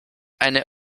eine